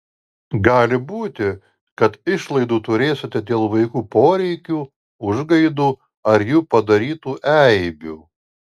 gali būti kad išlaidų turėsite dėl vaikų poreikių užgaidų ar jų padarytų eibių